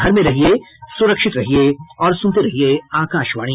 घर में रहिये सुरक्षित रहिये और सुनते रहिये आकाशवाणी